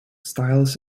styles